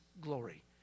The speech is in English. glory